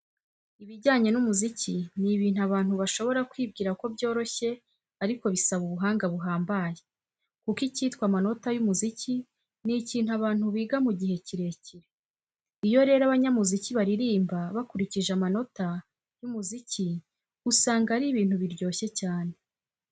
Ibijyanye n'umuziki ni ibintu abantu bashobora kwibwira ko byoroshye ariko bisaba ubuhanga buhambaye, kuko ikitwa amanota y'umuziki ni ikintu abantu biga mu gihe kirekire. Iyo rero abanyamuziki baririmba bakurikije amanota y'umuziki usanga ari ibintu biryoshye cyane.